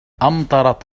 أمطرت